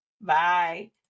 Bye